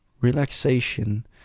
relaxation